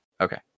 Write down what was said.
Okay